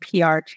PR